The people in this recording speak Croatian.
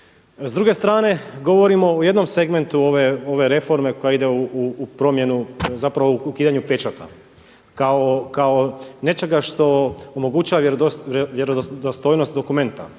S druge strane govorimo o jednom segmentu ove reforme koja ide u promjenu, zapravo o ukidanju pečata kao nečega što omogućava vjerodostojnost dokumenta.